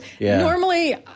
Normally